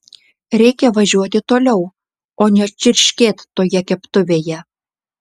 reikia važiuoti toliau o ne čirškėt toje keptuvėje